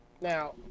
Now